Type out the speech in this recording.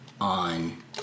on